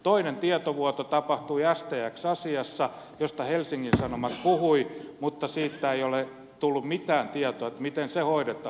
toinen tietovuoto tapahtui stx asiassa josta helsingin sanomat puhui mutta siitä ei ole tullut mitään tietoa että miten se hoidetaan